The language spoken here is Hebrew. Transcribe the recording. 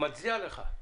מצדיע לך.